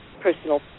personal